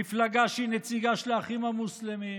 מפלגה שהיא נציגה של האחים המוסלמים,